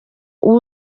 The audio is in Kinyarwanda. uwo